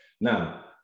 Now